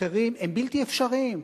אחרים הם בלתי אפשריים.